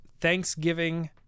Thanksgiving